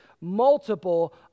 multiple